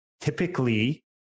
Typically